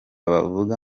bavuga